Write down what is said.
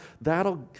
that'll